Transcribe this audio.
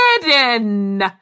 Hidden